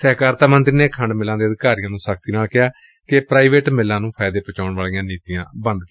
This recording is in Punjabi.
ਸਹਿਕਾਰਤਾ ਮੰਤਰੀ ਨੇ ਖੰਡ ਮਿੱਲਾਂ ਦੇ ਅਧਿਕਾਰੀਆਂ ਨੂੰ ਸਖ਼ਤੀ ਨਾਲ ਕਿਹਾ ਕਿ ਪ੍ਰਾਈਵੇਟ ਮਿੱਲਾਂ ਨੂੰ ਫਾਇਦੇ ਪੁਚਾਉਣ ਵਾਲੀਆਂ ਨੀਤੀਆਂ ਬੰਦ ਕੀਤੀਆਂ ਜਾਣ